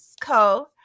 Co